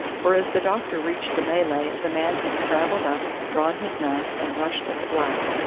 for as the doctor reached the malay the man had scrambled up, drawn his knife, and rushed at the black.